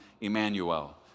Emmanuel